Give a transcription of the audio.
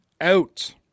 out